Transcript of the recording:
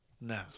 no